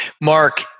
Mark